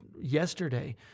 yesterday